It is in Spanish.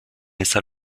esa